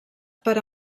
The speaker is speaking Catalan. per